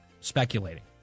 speculating